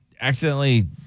accidentally